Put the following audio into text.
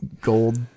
gold